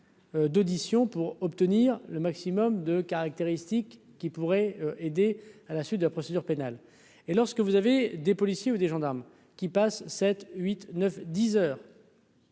d'audition pour obtenir le maximum de caractéristiques qui pourraient aider à la suite de la procédure pénale et lorsque vous avez des policiers ou des gendarmes qui passe sept huit neuf